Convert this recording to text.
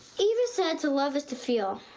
eva said to love is to feel.